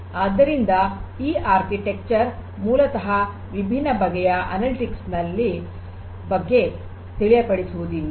ಆದ್ದರಿಂದಈ ವಾಸ್ತುಶಿಲ್ಪ ಮೂಲತಃ ವಿಭಿನ್ನ ಬಗೆಯ ಅನಲಿಟಿಕ್ಸ್ ಬಗ್ಗೆ ತಿಳಿಯಪಡಿಸುವುದಿಲ್ಲ